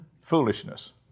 Foolishness